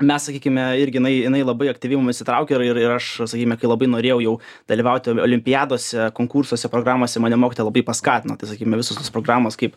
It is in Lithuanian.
mes sakykime irgi jinai jinai labai aktyviai mumis įtraukė ir ir aš sakykime kai labai norėjau jau dalyvauti o olimpiadose konkursuose programose mane mokytoja labai paskatino tai sakykime visos tos programos kaip